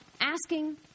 asking